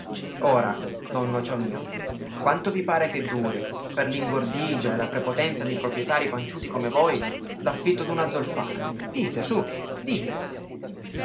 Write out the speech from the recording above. ora don nocio mio quanto vi pare che duri per l'ingordigia e la prepotenza dei proprietarii panciuti come voi l'affitto d'una zolfara dite su dite